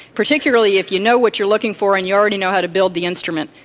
particularly if you know what you're looking for and you already know how to build the instrument,